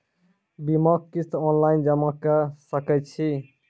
बीमाक किस्त ऑनलाइन जमा कॅ सकै छी?